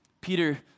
Peter